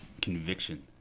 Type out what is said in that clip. conviction